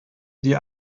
die